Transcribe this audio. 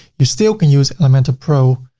you still can use elementor pro,